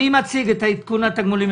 מי מציג את נושא עדכון התגמולים?